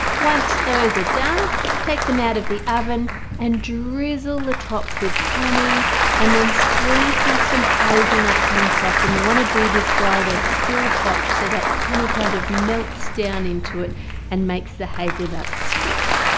once those are done take them out of the oven and drizzle the top with honey and then sprinkle some hazelnuts so on top and you want to do this while they're still hot so that honey kind of melts down into it and makes the hazelnuts stick.